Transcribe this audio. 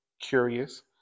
curious